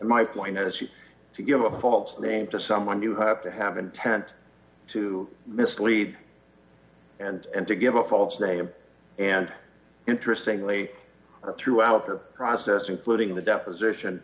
my point is he to give a false name to someone you have to have intent to mislead and and to give a false name and interesting leak or throughout their process including the deposition